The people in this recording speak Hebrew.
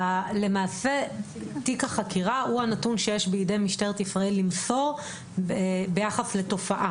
למעשה תיק החקירה הוא הנתון שיש בידי משטרת ישראל למסור ביחס לתופעה.